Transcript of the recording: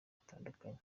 hatandukanye